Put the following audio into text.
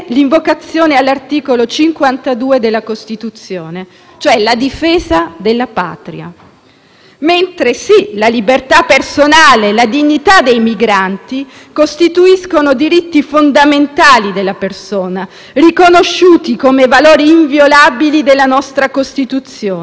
mentre sì la libertà personale e la dignità dei migranti costituiscono diritti fondamentali della persona, riconosciuti come valori inviolabili della nostra Costituzione, rispetto sia ai cittadini italiani che a ogni altra persona di qualsiasi nazionalità.